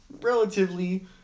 relatively